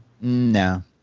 No